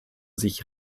sich